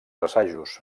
assajos